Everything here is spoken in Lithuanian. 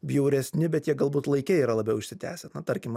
bjauresni bet jie galbūt laike yra labiau užsitęsę na tarkim